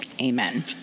amen